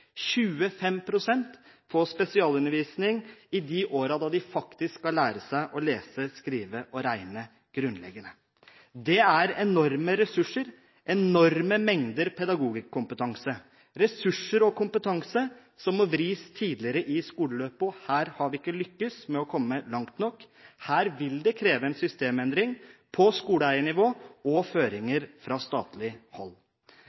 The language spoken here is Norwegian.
får spesialundervisning i de årene da de faktisk skal lære seg å lese, skrive og regne grunnleggende. Dette er enorme ressurser, enorme mengder pedagogisk kompetanse, ressurser og kompetanse som må vris tidligere i skoleløpet, og her har vi ikke lyktes med å komme langt nok. Her vil det kreve en systemendring på skoleeiernivå og føringer fra statlig hold.